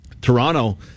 Toronto